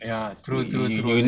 ya true true true